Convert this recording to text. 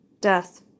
Death